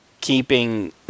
keeping